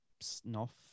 snuff